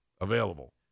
available